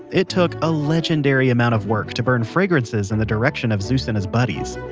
it took a legendary amount of work to burn fragrances in the direction of zeus and his buddies.